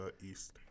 east